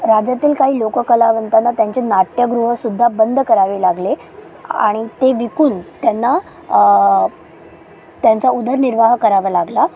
राज्यातील काही लोक कलावंतांना त्यांचे नाट्यगृहसुद्धा बंद करावे लागले आणि ते विकून त्यांना त्यांचा उदरनिर्वाह करावा लागला